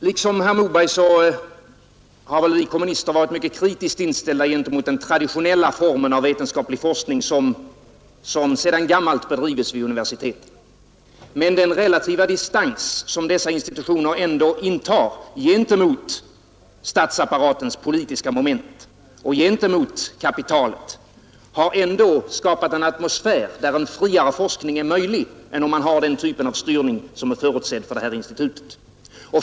Liksom herr Moberg har väl vi kommunister varit mycket kritiskt inställda gentemot den traditionella formen av vetenskaplig forskning som sedan gammalt bedrivits vid universiteten. Men den relativa distans som dessa institutioner ändå intar gentemot statsapparatens politiska moment och gentemot kapitalet har skapat en atmosfär där en friare forskning är mera möjlig än om man har den typ av styrning som är förutsedd för det här institutet.